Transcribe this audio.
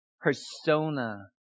persona